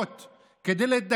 שונה המנהג רק עכשיו,